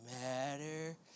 matter